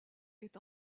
est